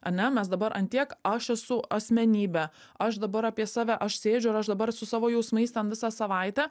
ane mes dabar ant tiek aš esu asmenybė aš dabar apie save aš sėdžiu ir aš dabar su savo jausmais ten visą savaitę